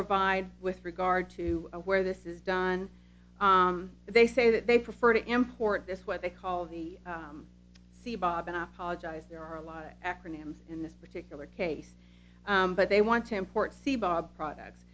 provide with regard to where this is done they say that they prefer to import this what they call the c bob and i apologize there are a lot of acronyms in this particular case but they want to import c bob products